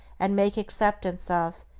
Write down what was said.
and make acceptance of,